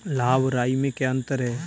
लाह व राई में क्या अंतर है?